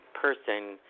person